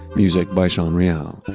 music by sean real.